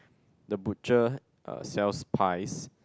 the butcher uh sells pies